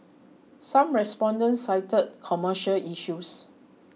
some respondents cited commercial issues